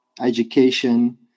education